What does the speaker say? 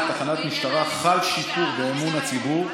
ביישובים הערביים שבהם הוקמה תחנת משטרה חל שיפור באמון הציבור,